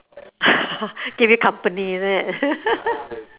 keep you company is it